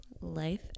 Life